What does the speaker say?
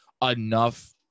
enough